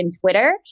Twitter